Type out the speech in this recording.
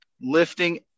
lifting